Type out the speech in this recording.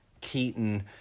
Keaton